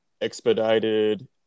expedited